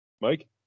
mike